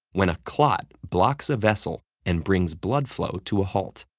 when a clot blocks a vessel and brings blood flow to a halt.